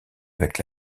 avec